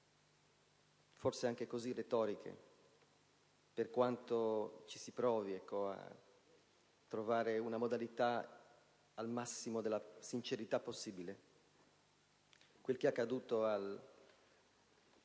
forse anche così retoriche, per quanto ci si provi a trovare una modalità al massimo della sincerità possibile. Quel che è accaduto a